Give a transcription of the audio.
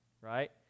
right